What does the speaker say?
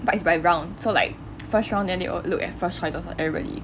but it's by round so like first round then will look at first choices of everybody